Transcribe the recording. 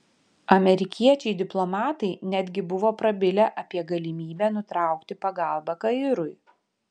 amerikiečiai diplomatai netgi buvo prabilę apie galimybę nutraukti pagalbą kairui